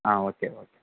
ah okay okay